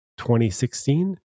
2016